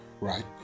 right